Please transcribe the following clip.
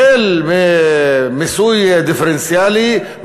החל ממיסוי דיפרנציאלי,